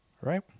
right